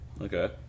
okay